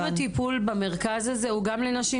האם הטיפול במרכז הזה הוא גם לנשים